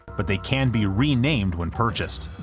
but they can be re-named when purchased.